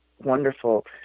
wonderful